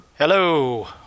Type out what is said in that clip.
Hello